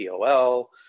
POL